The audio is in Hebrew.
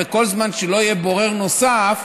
וכל זמן שלא יהיה בורר נוסף,